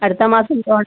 അടുത്ത മാസം തൊ